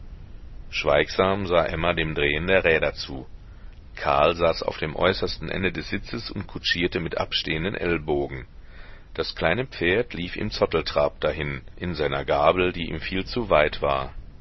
schweigsam sah emma dem drehen der räder zu karl saß auf dem äußersten ende des sitzes und kutschierte mit abstehenden ellbogen das kleine pferd lief im zotteltrab dahin in seiner gabel die ihm viel zu weit war